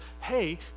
hey